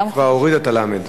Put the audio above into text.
היא כבר הורידה את הלמ"ד.